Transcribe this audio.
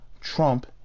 Trump